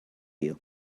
you